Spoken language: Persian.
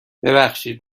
ببخشید